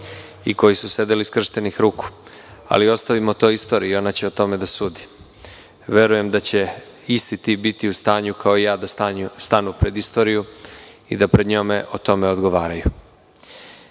oni koji su sedeli skrštenih ruku. Ali, ostavimo to istoriji, ona će o tome da sudi. Verujem da će isti ti biti u stanju da stanu, kao i ja, pred istoriju i da pred njom o tome odgovaraju. Reagovaću